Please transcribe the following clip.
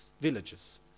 villages